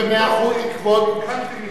בזמן, אני נאלץ להיות כאן כל הזמן.